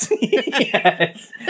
yes